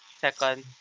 second